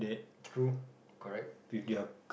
true correct ya